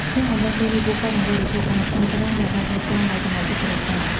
ក្នុងអំឡុងពេលនេះ ពួកគាត់នឹងបរិភោគអាហារថ្ងៃត្រង់ដែលបានរៀបចំដោយសមាជិកគ្រួសារ។